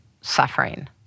suffering